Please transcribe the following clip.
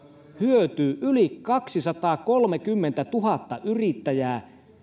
hyötyy yli kaksisataakolmekymmentätuhatta yrittäjää